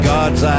God's